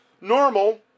normal